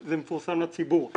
זה מפורסם לציבור.